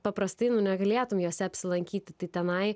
paprastai nu negalėtum jose apsilankyti tai tenai